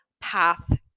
path